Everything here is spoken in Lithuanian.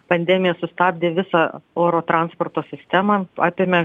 pandemija sustabdė visą oro transporto sistemą apėmė